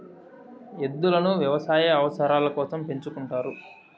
ఎద్దులను వ్యవసాయ అవసరాల కోసం పెంచుకుంటారు